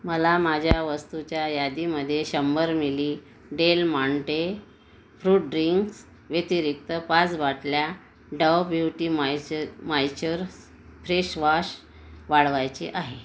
मला माझ्या वस्तूच्या यादीमधे शंभर मिली डेल माँटे फ्रुट ड्रिंक व्यतिरिक्त पाच बाटल्या Dove beauty moisture moisture fresh wash वाढवायचे आहे